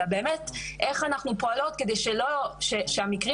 אלא באמת איך אנחנו פועלות על מנת שהמקרים